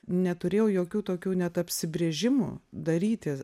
neturėjau jokių tokių net apsibrėžimų daryti